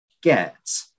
get